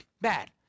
bad